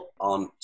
on